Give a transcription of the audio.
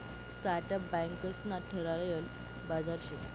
startup banks ना ठरायल बाजार शे